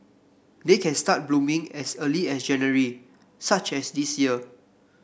they can start blooming as early as January such as this year